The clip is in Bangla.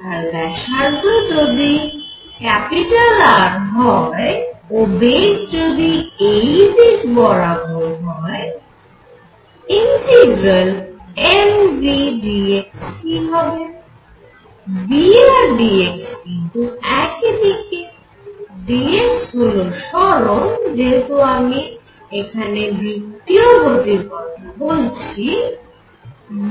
তার ব্যাসার্ধ যদি R হয় ও বেগ যদি এই দিক বরাবর হয় m v dx কি হবে v আর dx কিন্তু একই দিকে dx হল সরন যেহেতু আমি এখানে বৃত্তিয় গতির কথা বলছি v